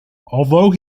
although